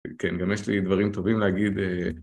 כן, גם יש לי דברים טובים להגיד.